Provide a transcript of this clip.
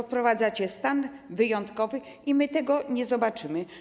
Wprowadzacie stan wyjątkowy i my tego nie zobaczymy.